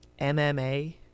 MMA